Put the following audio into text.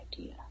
idea